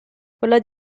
quella